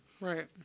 Right